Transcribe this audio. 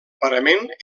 parament